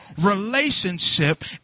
relationship